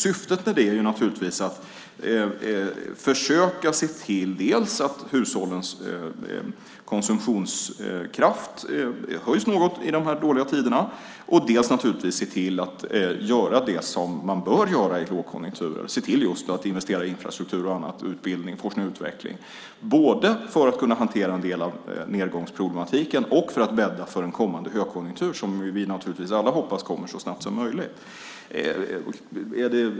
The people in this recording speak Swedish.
Syftet med det är naturligtvis att försöka se till dels att hushållens konsumtionskraft höjs något i de här dåliga tiderna, dels naturligtvis att se till att göra det man bör göra i lågkonjunkturer, nämligen se till att just investera i infrastruktur, utbildning samt forskning och utveckling, både för att kunna hantera en del av nedgångsproblematiken och för att bädda för en kommande högkonjunktur, som vi naturligtvis alla hoppas kommer så snart som möjligt.